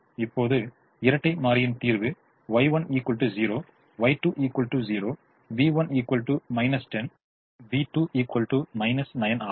இப்போது இரட்டை மாறியின் தீர்வு Y1 0 Y2 0 v1 10 v2 9 ஆகும்